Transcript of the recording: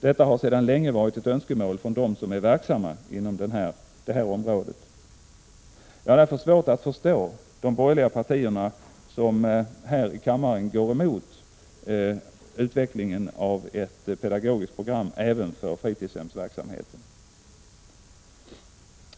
Detta har sedan länge varit ett önskemål från dem som är verksamma inom detta område. Jag har därför svårt att förstå de borgerliga partierna, som här i kammaren går emot utvecklingen av ett pedagogiskt program även för fritidshemsverksamheten.